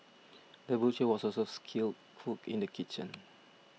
the butcher was also a skilled cook in the kitchen